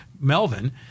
melvin